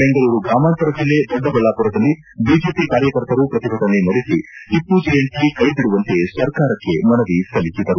ಬೆಂಗಳೂರು ಗ್ರಾಮಾಂತರ ಜಿಲ್ಲೆ ದೊಡ್ಡಬಳ್ಳಾಪುರದಲ್ಲಿ ಬಿಜೆಪಿ ಕಾರ್ಕರ್ತರು ಪ್ರತಿಭಟನೆ ನಡೆಸಿ ಟಿಪ್ಪು ಜಯಂತಿ ಕೈಬಿಡುವಂತೆ ಸರ್ಕಾರಕ್ಷೆ ಮನವಿ ಸಲ್ಲಿಸಿದರು